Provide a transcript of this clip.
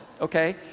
Okay